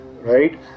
right